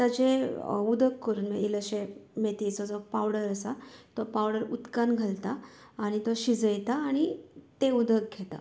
ताचे उदक करून इल्लेशें मेथयेचे जो पावडर आसा तो पावडर उदकांत घालता आनी तो शिजयता आनी तें उदक घेता